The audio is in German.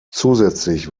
zusätzlich